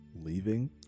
Leaving